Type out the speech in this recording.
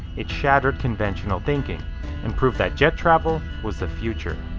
it shattered conventional thinking and proved that jet travel was the future.